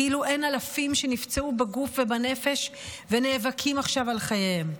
כאילו אין אלפים שנפצעו בגוף ובנפש ונאבקים עכשיו על חייהם.